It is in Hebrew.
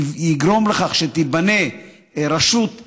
שיגרום לכך שתיבנה רשות חזקה,